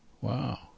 Wow